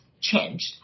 changed